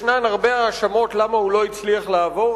יש הרבה האשמות למה הוא לא הצליח לעבור,